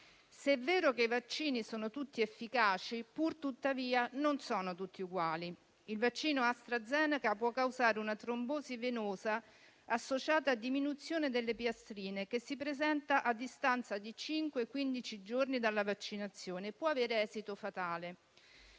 se è vero che i vaccini sono tutti efficaci, non sono tutti uguali; il vaccino Astrazeneca può causare una trombosi venosa associata a diminuzione delle piastrine, che si presenta a distanza di 5-15 giorni dalla vaccinazione e può avere esito fatale.